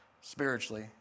spiritually